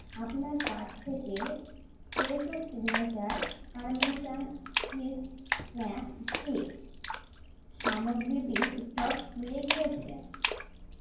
আপনার কার্ট থেকে Fresho signature parmesan cheese snack stick সামগ্রীটির স্টক ফুরিয়ে গিয়েছে